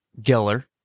Geller